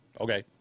Okay